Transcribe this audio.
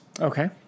Okay